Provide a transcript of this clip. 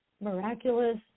miraculous